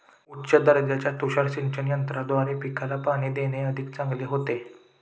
उच्च दर्जाच्या तुषार सिंचन यंत्राद्वारे पिकाला पाणी देणे अधिक चांगले होते